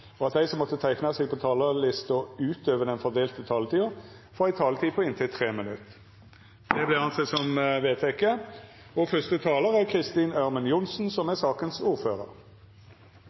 og at dei som måtte teikna seg på talarlista utover den fordelte taletida, får ei taletid på inntil 3 minutt. – Det er vedteke. Først takk for samarbeidet i denne og